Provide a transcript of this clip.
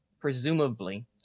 presumably